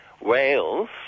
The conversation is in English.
Wales